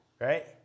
right